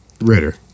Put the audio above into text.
Ritter